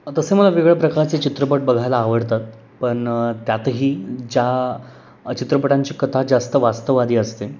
तसं मला वेगळ्या प्रकारचे चित्रपट बघायला आवडतात पण त्यातही ज्या चित्रपटांची कथा जास्त वास्तववादी असते